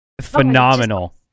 Phenomenal